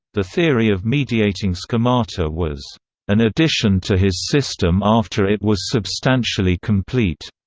the theory of mediating schemata was an addition to his system after it was substantially complete.